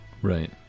Right